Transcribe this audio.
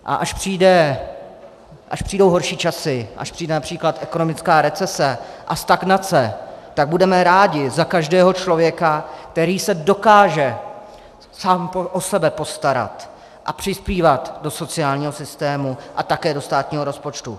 A až přijdou horší časy, až přijde např. ekonomická recese a stagnace, tak budeme rádi za každého člověka, který se dokáže sám o sebe postarat a přispívat do sociální systému a také do státního rozpočtu.